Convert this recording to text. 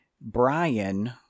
Brian